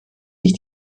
sich